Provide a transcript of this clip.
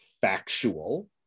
factual